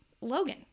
Logan